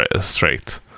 straight